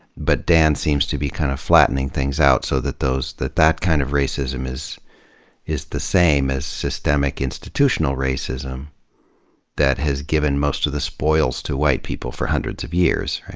but dan seems to be kind of flattening things out so that those, that that kind of racism is is the same as systemic institutional racism that has given most of the spoils to white people for hundreds of years. right?